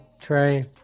Trey